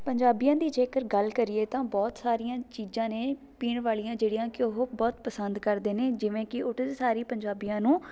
ਪੰਜਾਬੀਆਂ ਦੀ ਜੇਕਰ ਗੱਲ ਕਰੀਏ ਤਾਂ ਬਹੁਤ ਸਾਰੀਆਂ ਚੀਜ਼ਾਂ ਨੇ ਪੀਣ ਵਾਲੀਆਂ ਜਿਹੜੀਆਂ ਕਿ ਉਹ ਬਹੁਤ ਪਸੰਦ ਕਰਦੇ ਨੇ ਜਿਵੇਂ ਕਿ ਉਹਦੇ ਸਾਰੀ ਪੰਜਾਬੀਆਂ ਨੂੰ